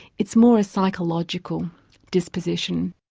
it's more a psychological disposition.